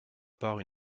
part